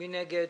מי נגד?